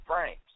frames